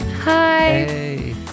hi